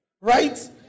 Right